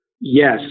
yes